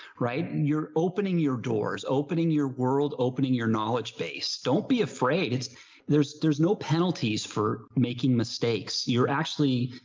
right? and you're opening your doors, opening your world, opening your knowledge base. don't be afraid it's theirs. there's no penalties for making mistakes. you're actually,